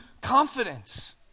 confidence